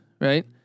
right